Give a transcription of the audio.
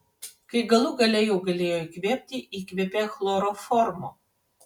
kai galų gale jau galėjo įkvėpti įkvėpė chloroformo